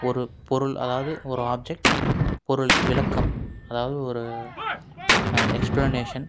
ஒரு பொருள் அதாவது ஒரு ஆப்ஜெக்ட் பொருள் விளக்கம் அதாவது ஒரு எக்ஸ்பிளனேஷன்